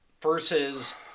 versus